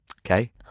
Okay